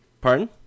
Pardon